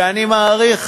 ואני מעריך